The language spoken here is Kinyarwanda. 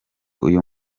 uyu